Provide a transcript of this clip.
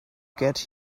get